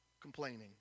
complaining